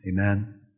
Amen